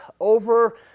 over